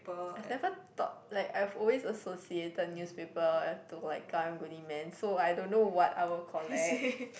I've never thought like I've always associated newspapers to like Karang-Guni man so I don't know what I will collect